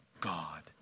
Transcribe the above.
God